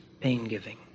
pain-giving